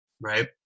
right